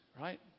right